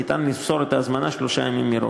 ניתן למסור את ההזמנה שלושה ימים מראש.